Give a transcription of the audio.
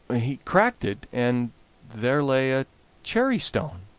he cracked it, and there lay a cherry-stone.